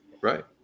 Right